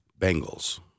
Bengals